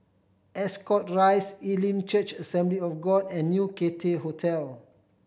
Ascot Rise Elim Church Assembly of God and New Cathay Hotel